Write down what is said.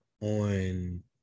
on